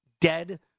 dead